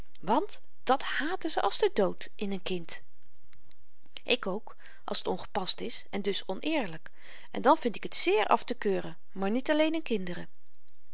want dat haatte ze als de dood in n kind ik ook als t ongepast is en dus onëerlyk en dan vind ik t zeer aftekeuren maar niet alleen in kinderen